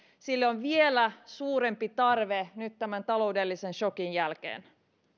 sille on vielä suurempi tarve nyt tämän taloudellisen sokin jälkeen